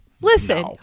Listen